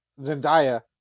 Zendaya